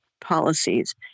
policies